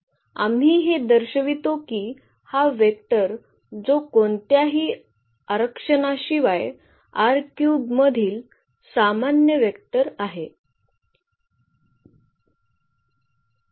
आम्ही हे दर्शवितो की हा वेक्टर जो कोणत्याही आरक्षणाशिवाय मधील सामान्य वेक्टर आहे